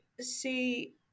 see